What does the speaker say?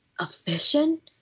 efficient